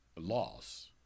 loss